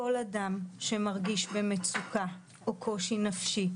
כל אדם שמרגיש במצוקה או בקושי נפשי,